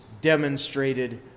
demonstrated